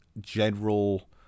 general